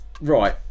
Right